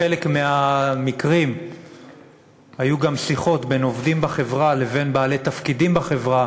בחלק מהמקרים היו גם שיחות בין עובדים בחברה לבין בעלי תפקידים בחברה,